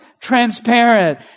transparent